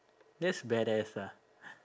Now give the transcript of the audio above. that's badass ah